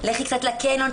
לכי קצת לקניון,